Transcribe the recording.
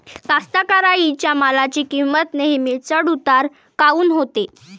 कास्तकाराइच्या मालाची किंमत नेहमी चढ उतार काऊन होते?